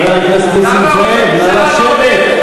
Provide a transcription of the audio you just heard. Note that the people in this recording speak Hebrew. חבר הכנסת נסים זאב, נא לשבת.